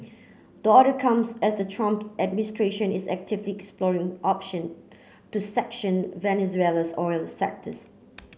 the order comes as the Trump administration is actively exploring option to sanction Venezuela's oil sectors